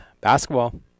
basketball